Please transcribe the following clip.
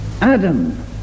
Adam